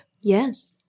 Yes